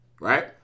right